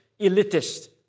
elitist